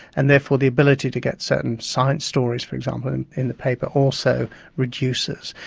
and therefore the ability to get certain science stories, for example, in the paper also reduces.